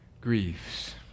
grieves